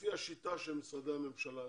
לפי השיטה של משרדי הממשלה